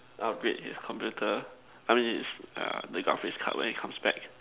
I'll break his computer I mean it's err the graphics card when it comes back